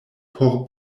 por